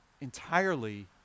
entirely